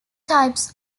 types